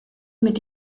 mit